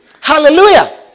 Hallelujah